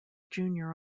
junior